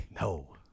no